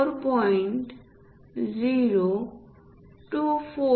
4 युनिटच्या आत असावी